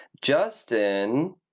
Justin